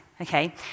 okay